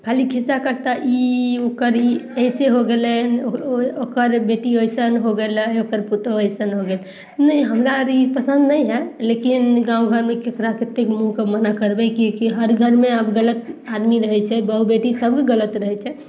खाली खिस्सा करतै ई उकर ई अइसे हो गेलय ओकर बेटी ओइसन हो गेलइ ओकर पुतहु अइसन हो गेलइ नहि हमरा आर ई पसन्द नहि हइ लेकिन गाँव घरमे ककरा कते मुँहके मना करबय किएक कि हर घरमे आब गलत आदमी रहय छै बहु बेटी सभके गलत रहय छै